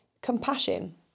compassion